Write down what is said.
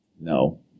No